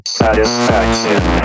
satisfaction